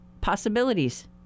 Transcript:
possibilities